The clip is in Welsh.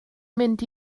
mynd